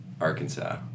Arkansas